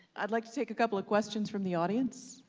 i'd like to take a couple of questions from the audience.